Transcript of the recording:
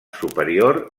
superior